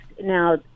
Now